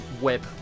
web